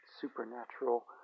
supernatural